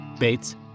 Bates